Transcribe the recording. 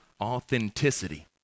authenticity